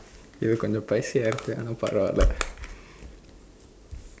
இது கொஞ்சம்:ithu konjsam paiseh யா இருக்கு ஆனா பரவாயில்லை:yaa irukku aanaa paravaayillai